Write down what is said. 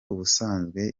ubusanzwe